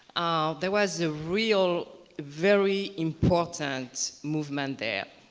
ah there was a real very important movement there.